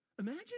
Imagine